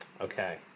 okay